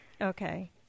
Okay